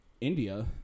India